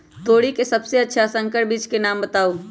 तोरी के सबसे अच्छा संकर बीज के नाम बताऊ?